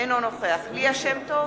אינו נוכח ליה שמטוב,